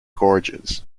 gorges